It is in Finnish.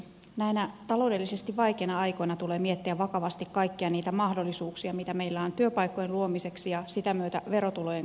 näinä taloudellisesti vaikeina aikoina tulee miettiä vakavasti kaikkia niitä mahdollisuuksia mitä meillä on työpaikkojen luomiseksi ja sitä myötä verotulojen kasvattamiseksi